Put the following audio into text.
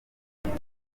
kuko